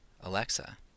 Alexa